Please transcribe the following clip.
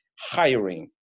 hiring